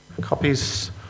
copies